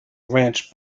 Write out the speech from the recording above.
ranch